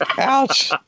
Ouch